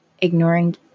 ignoring